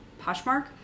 Poshmark